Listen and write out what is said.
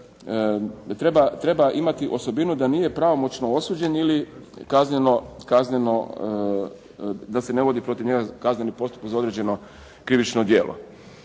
treba imati osobinu da nije pravomoćno osuđen ili kazneno, da se ne vodi protiv njega kazneni postupak za određeno krivično djelo.